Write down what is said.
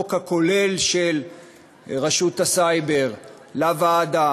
החוק הכולל של רשות הסייבר לוועדה